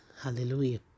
Hallelujah